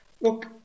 Look